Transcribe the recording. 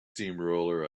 steamroller